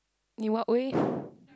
you are away